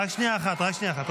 רק שנייה אחת, רק שנייה אחת.